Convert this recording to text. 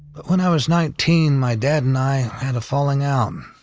but when i was nineteen, my dad and i had a falling out.